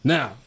Now